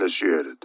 initiated